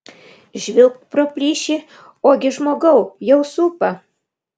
žvilgt pro plyšį ogi žmogau jau supa